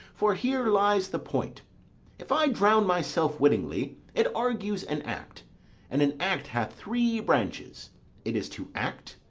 for here lies the point if i drown myself wittingly, it argues an act and an act hath three branches it is to act,